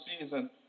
season